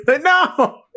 No